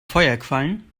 feuerquallen